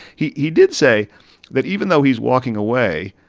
he he did say that even though he's walking away,